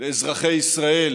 לאזרחי ישראל